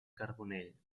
carbonell